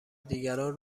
دیگران